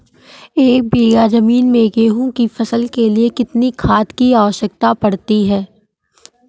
एक बीघा ज़मीन में गेहूँ की फसल के लिए कितनी खाद की आवश्यकता पड़ती है?